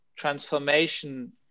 transformation